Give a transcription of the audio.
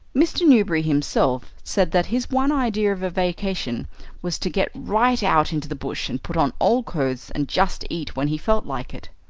mr. newberry himself said that his one idea of a vacation was to get right out into the bush, and put on old clothes, and just eat when he felt like it.